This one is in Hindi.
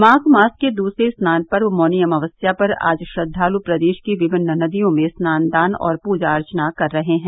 माघ मास के दूसरे स्नान पर्व मौनी अमावस्या पर आज श्रद्वालु प्रदेश की विभिन्न नदियों में स्नान दान और पूजा अर्चना कर रहे हैं